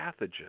pathogen